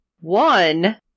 One